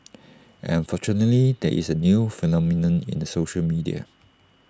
and unfortunately there is A new phenomenon in the social media